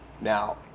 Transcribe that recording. Now